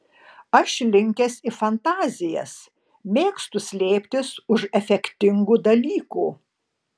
aš linkęs į fantazijas mėgstu slėptis už efektingų dalykų